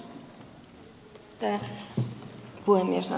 arvoisa puhemies